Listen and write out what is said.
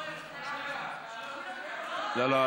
לא, לא.